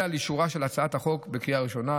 נודה על אישורה של הצעת החוק בקריאה הראשונה.